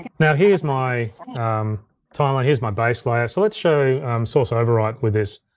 now here's my timeline, here's my base layer, so let's show source override with this.